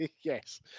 Yes